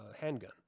handgun